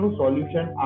solution